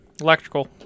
Electrical